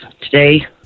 today